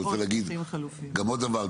אני רוצה להגיד עוד דבר,